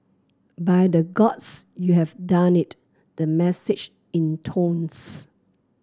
by the Gods you have done it the message intones